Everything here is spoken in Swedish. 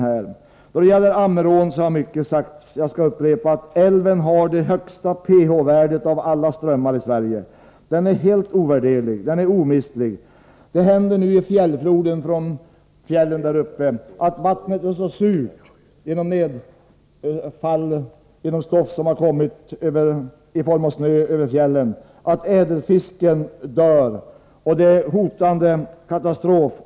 Då det gäller Ammerån har mycket sagts. Jag skall upprepa att älven har det högsta pH-värdet av alla strömmar i Sverige. Ammerån är helt omistlig. På grund av förorenad snö i fjällen är vattnet i fjällfloden så surt att ädelfisken dör. Får det fortsätta på detta sätt hotar en katastrof.